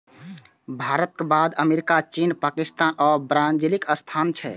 भारतक बाद अमेरिका, चीन, पाकिस्तान आ ब्राजीलक स्थान छै